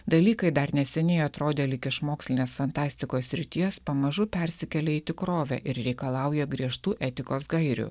dalykai dar neseniai atrodė lyg iš mokslinės fantastikos srities pamažu persikėlė į tikrovę ir reikalauja griežtų etikos gairių